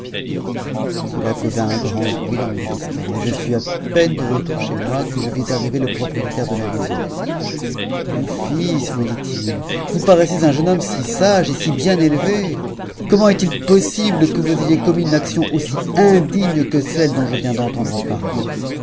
cela causa un grand bruit dans le bezestan et je fus à peine de retour chez moi que je vis arriver le propriétaire de la maison mon fils me dit-il vous paraissez un jeune homme si sage et si bien élevé comment est-il possible que vous ayez commis une action aussi indigne que celle dont je viens d'entendre parler